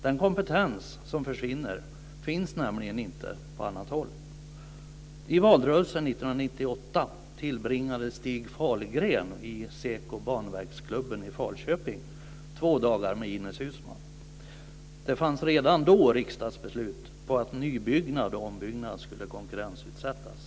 Den kompetens som försvinner finns nämligen inte på annat håll. Ines Uusmann. Det fanns redan då riksdagsbeslut på att nybyggnad och ombyggnad skulle konkurrensutsättas.